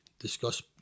Discuss